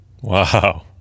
Wow